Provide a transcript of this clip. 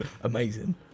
Amazing